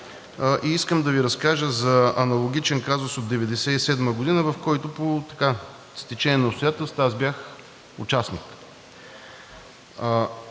Искам да Ви разкажа за аналогичен казус от 1997 г., в който по стечение на обстоятелствата аз бях участник.